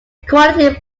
quality